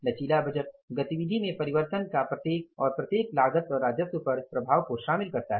लचीला बजट गतिविधि में परिवर्तन का प्रत्येक और प्रत्येक लागत और राजस्व पर प्रभाव को शामिल करता है